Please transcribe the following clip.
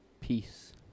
peace